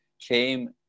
came